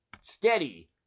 steady